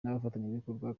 n’abafatanyabikorwa